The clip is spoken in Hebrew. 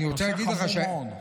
אני רוצה להגיד לך, הנושא חמור מאוד.